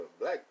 black